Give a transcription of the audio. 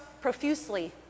profusely